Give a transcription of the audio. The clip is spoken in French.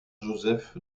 joseph